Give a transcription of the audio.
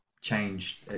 changed